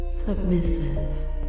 submissive